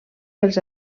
pels